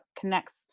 connects